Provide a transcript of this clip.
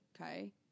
Okay